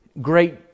Great